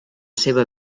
seva